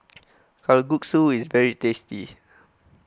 Kalguksu is very tasty